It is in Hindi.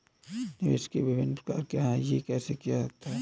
निवेश के विभिन्न प्रकार क्या हैं यह कैसे किया जा सकता है?